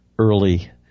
early